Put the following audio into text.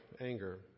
anger